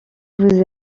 vous